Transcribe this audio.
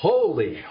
Holy